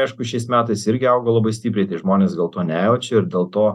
aišku šiais metais irgi augo labai stipriai tie žmonės gal to nejaučia ir dėl to